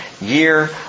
year